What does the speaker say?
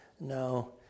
No